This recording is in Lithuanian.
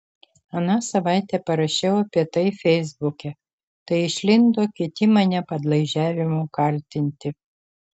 aną savaitę parašiau apie tai feisbuke tai išlindo kiti mane padlaižiavimu kaltinti